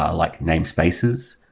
ah like namespaces.